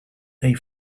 they